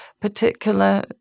particular